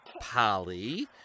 Polly